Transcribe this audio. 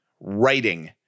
writing